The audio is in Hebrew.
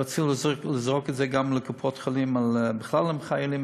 רצו לזרוק את זה גם לקופות-חולים בכלל עם חיילים,